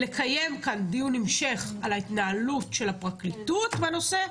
לקיים כאן דיון המשך על ההתנהלות של הפרקליטות בנושא,